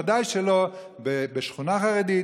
ודאי שלא בשכונה חרדית